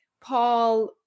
Paul